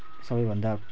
सबैभन्दा